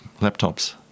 laptops